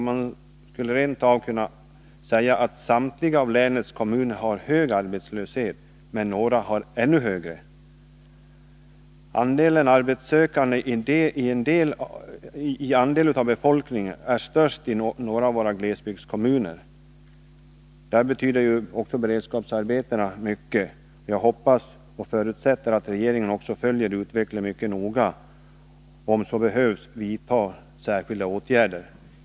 Man skulle rent av kunna säga att samtliga av länets kommuner har hög arbetslöshet men att några har ännu högre. Andelen arbetssökande av befolkningen är störst i några av våra glesbygdskommuner. Där betyder beredskapsarbeten mycket. Jag hoppas och förutsätter att regeringen också följer utvecklingen mycket noga och om så behövs vidtar särskilda åtgärder.